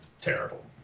terrible